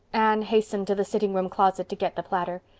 anne hastened to the sitting room closet to get the platter.